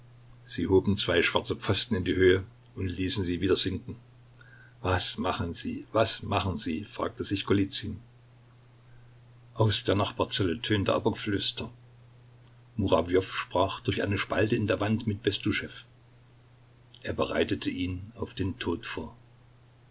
sie hoben zwei schwarze pfosten in die höhe und ließen sie wieder sinken was machen sie was machen sie fragte sich golizyn aus der nachbarzelle tönte aber geflüster murawjow sprach durch eine spalte in der wand mit bestuschew er bereitete ihn auf den tod vor